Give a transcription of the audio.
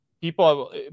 people